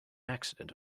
accident